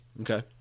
Okay